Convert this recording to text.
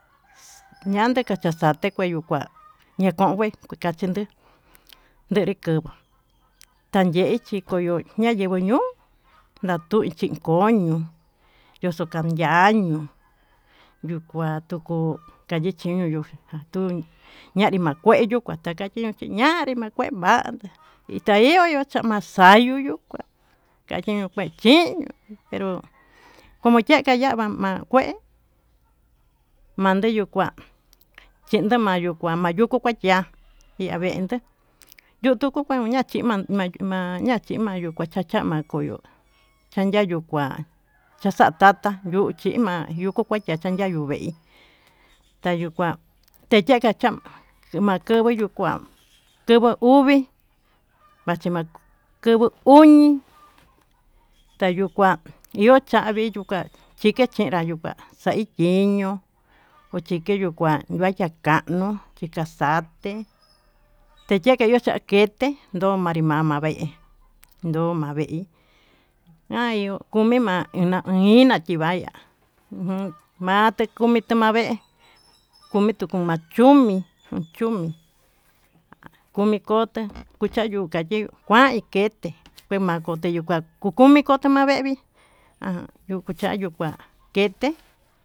Ñante kaxatate kuyokuá ña'a konke kachinduu nderi kava'a tanyechi kondo ña'a, yenguó ñuu natuchí koño nacho'ó kandañió yuu kua toko kayichiñió yuu nja tuñió ñanri mangueyu ka'a takachin chí ñanrí ma'a kué bandá ita iho yuyu machayió kua kachino kué chiñió pero komo chikama kué mandeyuu kuá chindo ma'ya mayuku kua chiá chiavendu yuu tuku kua chiman ma'a ma'a machivañu kuachava koyo'ó anya yuu kua acha'a tata yo'ó kuu chima'a kuchan chachiá kuyuu kué tayuu kuá keya'a kachán ximakuyu yuu kuán xima'a kuu vii machiva kuvuu uñi, tayuu kua yuu chavi yuu kuá chikechenrá yuu kuá kai chiñio kuchinra yuu kuá kaya kano'o chí kaxate teyakayo kaxeté ndo'o manrima ma'a vee ndó ma'a veí mayuu kumi ma'a kuna kunina chí vaya'a ujun mate kuña'a vee kumi tuu kuma'a chumi ha chumi komi kotó kuchayu kaye'e kuan kete kue ma'a kukuyi kuá kokoni koto, kuu kuna veví ha kuchayu kua keté.